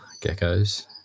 Gecko's